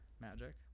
Magic